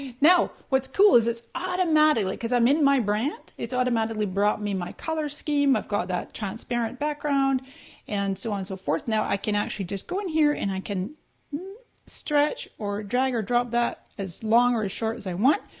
now, what's cool is it's automatic. cause i'm in my brand, it's automatically brought me my color scheme, i've got that transparent background and so on and so forth. now i can actually just go in here and i can stretch or drag or drop that as long or as short as i want.